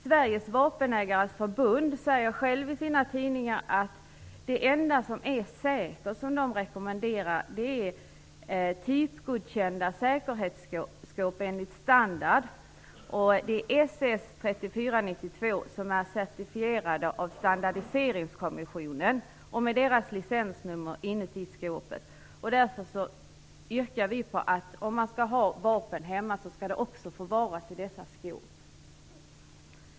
Sveriges vapenägares förbund rekommenderar i sina tidningar typgodkända säkerhetsskåp, med Standardiseringskommissionens licensnummer SS 3492 inuti skåpet, som det enda säkra. Därför yrkar vi att om man skall ha vapen hemma skall de förvaras i dessa skåp.